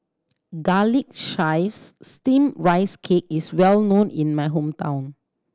Garlic Chives Steamed Rice Cake is well known in my hometown